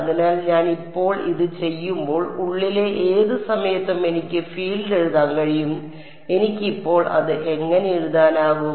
അതിനാൽ ഞാൻ ഇപ്പോൾ ഇത് ചെയ്യുമ്പോൾ ഉള്ളിലെ ഏത് സമയത്തും എനിക്ക് ഫീൽഡ് എഴുതാൻ കഴിയും എനിക്ക് ഇപ്പോൾ അത് എങ്ങനെ എഴുതാനാകും